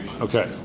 Okay